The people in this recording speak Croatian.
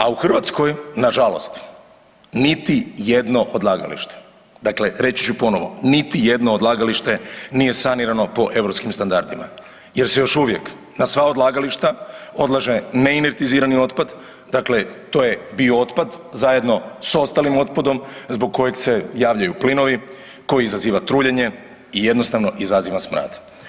A u Hrvatskoj nažalost niti jedno odlagališta, dakle reći ću ponovo, niti jedno odlagalište nije sanirano po europskim standardima jer se još uvijek na sva odlagališta odlaže neinertizirani otpad, dakle to je bio otpad zajedno s ostalim otpadom zbog kojeg se javljaju plinovi, koji izaziva truljenje i jednostavno izaziva smrad.